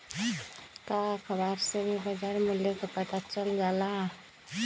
का अखबार से भी बजार मूल्य के पता चल जाला?